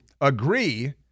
agree